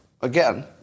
again